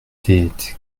des